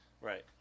Right